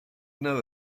know